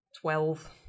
Twelve